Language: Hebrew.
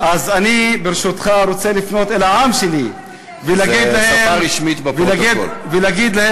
לא צריך, אני מבקש מאדוני